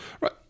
Right